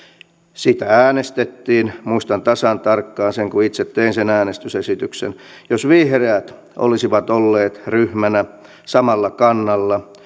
siitä äänestettiin muistan tasan tarkkaan sen sillä itse tein sen äänestysesityksen ja jos vihreät olisivat olleet ryhmänä samalla kannalla